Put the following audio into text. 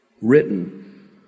written